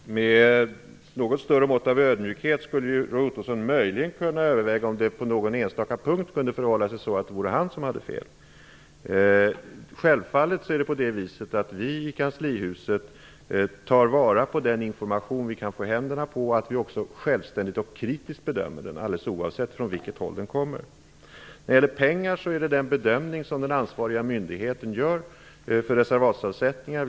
Fru talman! Med något större mått av ödmjukhet skulle Roy Ottosson möjligen kunna överväga om det kunde på någon enstaka punkt kunde vara så att han hade fel. Självfallet tar vi i kanslihuset vara på den information som vi får och också självständigt och kritiskt bedömer den, alldeles oavsett från vilket håll den kommer. När det gäller anslagen handlar det om den bedömning som den ansvariga myndigheten gör för reservatsavsättningar.